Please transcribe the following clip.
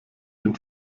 den